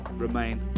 remain